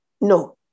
no